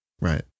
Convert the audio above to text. right